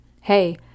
Hey